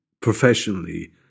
professionally